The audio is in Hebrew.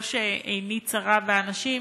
לא שעיני צרה באנשים,